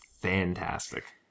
fantastic